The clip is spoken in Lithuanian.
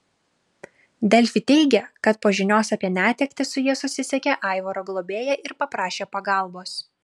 delfi teigė kad po žinios apie netektį su ja susisiekė aivaro globėja ir paprašė pagalbos